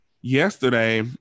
yesterday